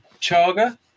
Chaga